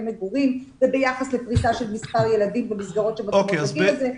מגורים וביחס לפריסה של מספר ילדים במסגרות שמתאימות לגיל הזה.